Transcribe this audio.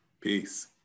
Peace